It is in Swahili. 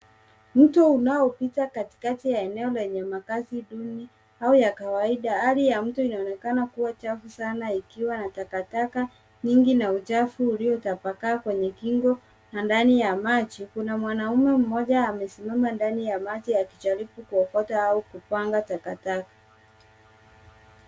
Mto unaopita katikati ya eneo lenye makazi duni au ya kawaida. Hali ya mto inaonekana ikiwa chafu sana ikiwa na taka nyingi na uchafu uliotapakaa kwenye kingo na ndani ya maji. Kuna mwanaume mmoja amesimama ndani ya maji akijaribu kuokota au kupanga takataka.